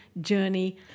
journey